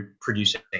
producing